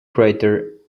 crater